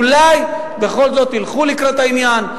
אולי בכל זאת ילכו לקראת העניין,